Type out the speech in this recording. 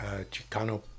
Chicano